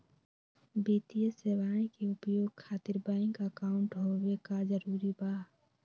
वित्तीय सेवाएं के उपयोग खातिर बैंक अकाउंट होबे का जरूरी बा?